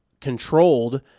controlled